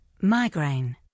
migraine